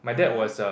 (uh huh)